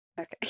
Okay